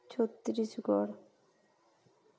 Chhattisgarh